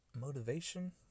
motivation